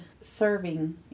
serving